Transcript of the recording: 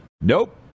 Nope